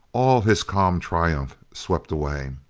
all his calm triumph swept away.